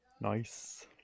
Nice